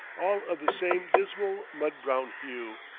all of the same dismal mud-brown hue.